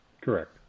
Correct